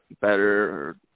better